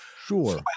Sure